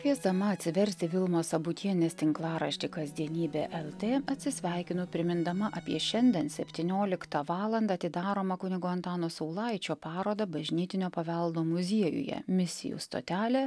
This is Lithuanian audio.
kviesdama atsiversti vilmos sabutienės tinklaraštį kasdienybė lt atsisveikinu primindama apie šiandien septynioliktą valandą atidaromą kunigo antano saulaičio parodą bažnytinio paveldo muziejuje misijų stotelė